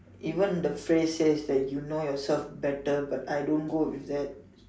even the phrase says that you know yourself better but I don't go with that